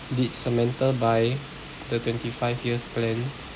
did samantha buy the twenty five years plan